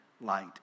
light